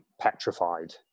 petrified